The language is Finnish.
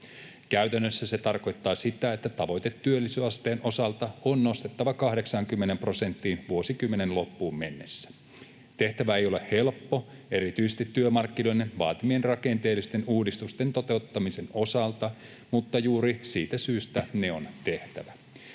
Käytännössä se tarkoittaa sitä, että tavoite työllisyysasteen osalta on nostettava 80 prosenttiin vuosikymmenen loppuun mennessä. Tehtävä ei ole helppo erityisesti työmarkkinoiden vaatimien rakenteellisten uudistusten toteuttamisen osalta, mutta juuri siitä syystä ne on tehtävä.